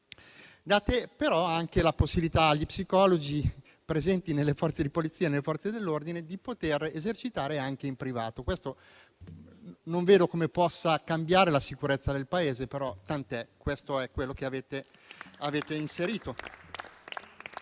Date però la possibilità agli psicologi presenti nelle Forze di polizia di poter esercitare anche in privato: non vedo come questo possa cambiare la sicurezza del Paese, ma tant'è, questo è quello che avete inserito.